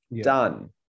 done